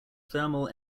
thermal